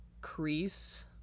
crease